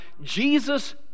jesus